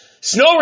Snow